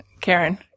Karen